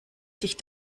sich